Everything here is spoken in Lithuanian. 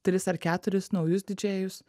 tris ar keturis naujus didžėjus